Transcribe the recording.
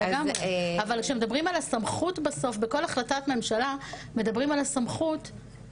אבל כשמדברים על הסמכות בסוף בכל החלטת ממשלה מדברים על הסמכות,